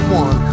one